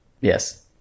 Yes